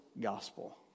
gospel